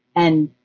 and,